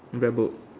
rebelled